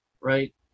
right